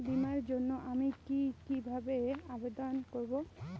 বিমার জন্য আমি কি কিভাবে আবেদন করব?